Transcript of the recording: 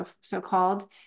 so-called